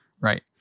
right